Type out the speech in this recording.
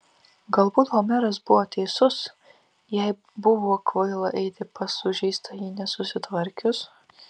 galbūt homeras buvo teisus jai buvo kvaila eiti pas sužeistąjį nesusitvarkius